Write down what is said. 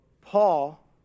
Paul